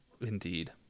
Indeed